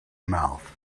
mouth